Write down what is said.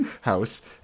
house